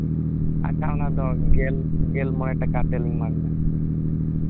ᱟᱨᱠᱷᱟᱱ ᱚᱱᱟ ᱫᱚ ᱜᱮᱞ ᱜᱮᱞ ᱢᱚᱬᱮ ᱴᱟᱠᱟ ᱛᱮᱞᱤᱧ ᱮᱢᱟᱵᱤᱱᱟ